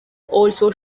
also